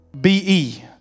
B-E